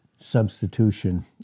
substitution